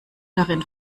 darin